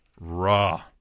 Raw